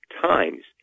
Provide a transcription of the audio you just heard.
times